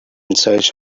search